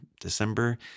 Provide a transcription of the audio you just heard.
December